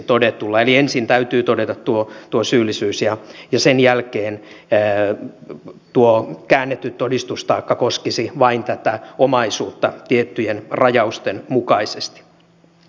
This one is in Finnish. eli ensin täytyy todeta tuo syyllisyys ja sen jälkeen tuo käännetty todistustaakka koskisi vain tätä omaisuutta tiettyjen rajausten mukaisesti